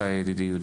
בבקשה ידידי יהודה.